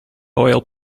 oil